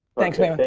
thanks man.